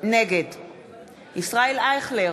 נגד ישראל אייכלר,